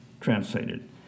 translated